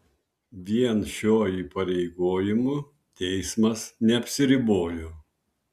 vien šiuo įpareigojimu teismas neapsiribojo